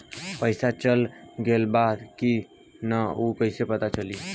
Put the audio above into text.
पइसा चल गेलऽ बा कि न और कइसे पता चलि?